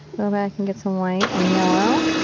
go back and get some white and yellow.